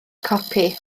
copi